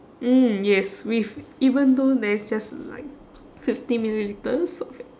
mm yes with even though there is just like fifty millilitres of it